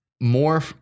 more